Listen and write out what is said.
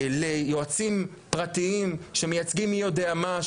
ליועצים פרטיים שמייצגים מי יודע מה,